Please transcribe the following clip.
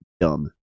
dumb